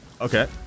Okay